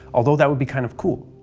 although that would be kind of cool.